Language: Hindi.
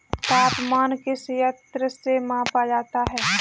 तापमान किस यंत्र से मापा जाता है?